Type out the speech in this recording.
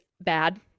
bad